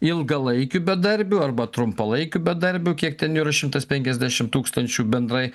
ilgalaikių bedarbių arba trumpalaikių bedarbių kiek ten jų yra šimtas penkiasdešim tūkstančių bendrai